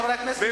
חברי הכנסת,